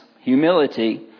humility